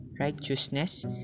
Righteousness